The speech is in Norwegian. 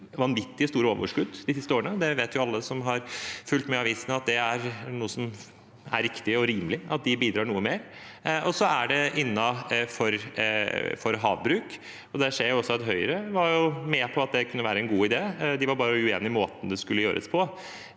med noen vanvittig store overskudd de siste årene, og alle som har fulgt med i avisene, vet at det er riktig og rimelig at de bidrar noe mer. Så er det havbruk, og der ser vi at også Høyre var med på at det kunne være en god idé, de var bare uenig i måten det skulle gjøres på.